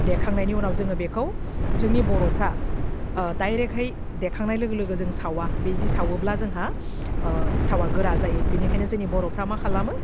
देखांनायनि उनाव जोङो बेखौ जोंनि बर'फ्रा डायरेक्टहै देखांनाय लोगो लोगो जों सावा बिदि साबोब्ला जोंहा ओह सिथावा गोरा जायो बेनिखायनो जोंनि बर'फ्रा मा खालामो